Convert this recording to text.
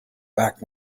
back